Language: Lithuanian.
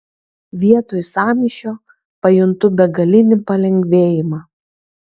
vietoj sąmyšio pajuntu begalinį palengvėjimą